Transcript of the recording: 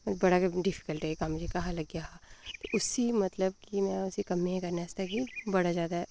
मतलब बड़ा गै डिफीकल्ट कम्म जेह्का लग्गेआ हा उस्सी मतलब कि में उस्सी करने आस्तै बड़ा ज्यादा